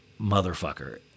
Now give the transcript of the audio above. motherfucker